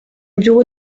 bureau